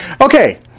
Okay